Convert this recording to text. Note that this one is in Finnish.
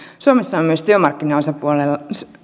suomessa myös työmarkkinaosapuolilla